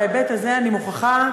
בהיבט הזה אני מוכרחה,